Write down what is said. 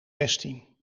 zestien